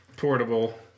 portable